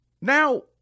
Now